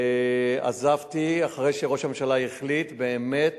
עזבתי אחרי שראש הממשלה החליט באמת,